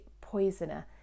Poisoner